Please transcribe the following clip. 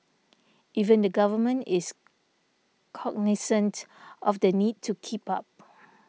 even the government is cognisant of the need to keep up